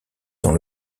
dans